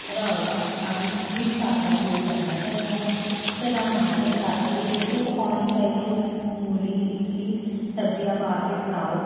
ਰਵਾ ਆਦਿ ਮਿਕਸ ਆਟਾ ਯੂਜ਼ ਕਰਨਾ ਚਾਹੀਦਾ ਹੈ ਸਿੰਘਾੜੇ ਦੇ ਆਟੇ ਦੀ ਰੋਟੀ ਪਕਾਉਣੀ ਚਾਹੀਦੀ ਹੈ ਮੂਲੀ ਇਡਲੀ ਸਬਜ਼ੀਆਂ ਪਾ ਕੇ ਪੁਲਾਓ